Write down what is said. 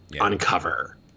uncover